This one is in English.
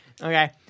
Okay